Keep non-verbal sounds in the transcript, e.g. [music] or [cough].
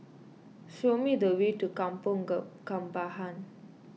show me the way to Kampong [unintelligible] Kembangan